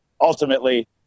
Ultimately